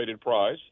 price